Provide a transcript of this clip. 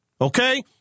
okay